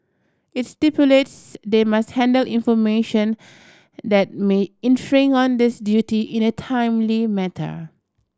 it's stipulates they must handle information that may on this duty in a timely matter